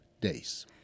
days